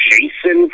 Jason